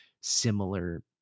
similar